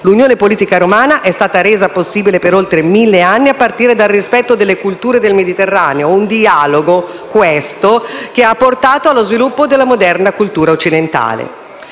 L'unione politica romana è stata resa possibile per oltre mille anni a partire dal rispetto delle culture del Mediterraneo: un dialogo, questo, che ha portato allo sviluppo della moderna cultura occidentale.